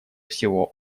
всего